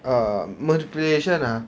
err manipulation ah